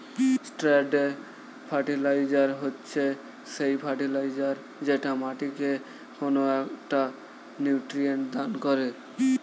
straight fertiliser হচ্ছে সেই fertiliser যেটা মাটিকে কোনো একটা নিউট্রিয়েন্ট দান করে